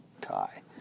tie